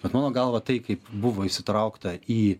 bet mano galva tai kaip buvo įsitraukta į